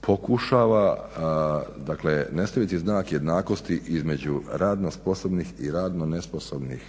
pokušava ne staviti znak jednakosti između radno sposobnih i radno nesposobnih